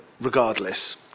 regardless